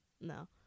no